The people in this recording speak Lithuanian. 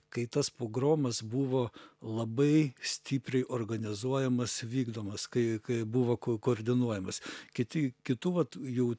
kai tas pogromas buvo labai stipriai organizuojamas vykdomas kai kai buvo koordinuojamas kiti kitų vat jų